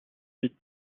huit